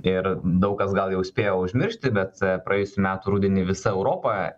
ir daug kas gal jau spėjo užmiršti bet praėjusių metų rudenį visa europa